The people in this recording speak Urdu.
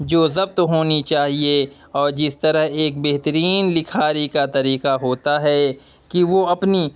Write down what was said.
جو ضبط ہونی چاہیے اور جس طرح ایک بہترین لکھاری کا طریقہ ہوتا ہے کہ وہ اپنی